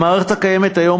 המערכת הקיימת היום,